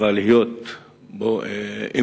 אבל אם